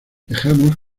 dejamos